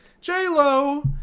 J-Lo